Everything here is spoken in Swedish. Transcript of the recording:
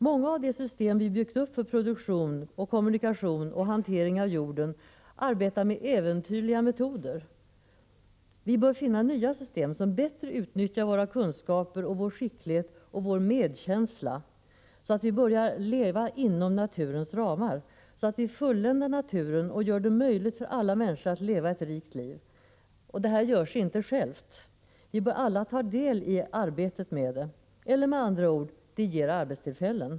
Många av de system vi byggt för produktion, kommunikation och hantering av jorden arbetar med äventyrliga metoder. Vi bör finna nya system, som bättre utnyttjar våra kunskaper, vår skicklighet och vår medkänsla, så att vi börjar leva inom naturens ramar, så att vi fulländar naturen och gör det möjligt för alla människor att leva ett rikt liv. Detta sker inte av sig självt. Vi bör alla ta del i det arbetet. Det ger med andra ord arbetstillfällen.